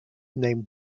named